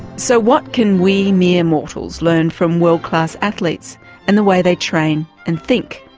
so what can we mere mortals learn from world class athletes and the way they train and think?